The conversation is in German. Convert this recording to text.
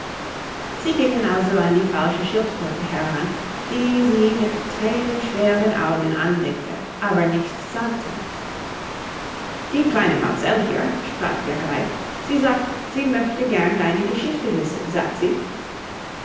sie gingen also an die falsche schildkröte heran die sie mit thränenschweren augen anblickte aber nichts sagte die kleine mamsell hier sprach der greif sie sagt sie möchte gern deine geschichte wissen sagt sie